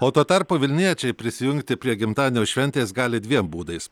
o tuo tarpu vilniečiai prisijungti prie gimtadienio šventės gali dviem būdais